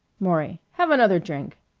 maury have another drink.